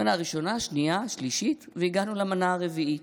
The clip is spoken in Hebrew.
מנה ראשונה, שנייה שלישית, והגענו למנה הרביעית,